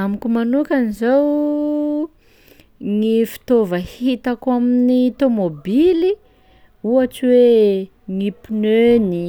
Amiko manokany zao gny fitaova hitako amin'ny tômbôbily: ohatsy hoe gny pneuny,